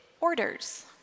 orders